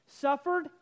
suffered